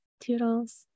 Toodles